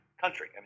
country